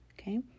okay